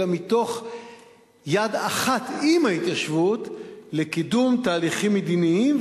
אלא מתוך עשיית יד אחת עם ההתיישבות לקידום תהליכים מדיניים,